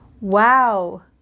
Wow